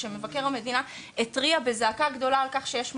כשמבקר המדינה התריע בזעקה גדולה שיש משבר,